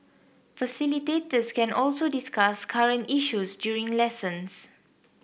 facilitators can also discuss current issues during lessons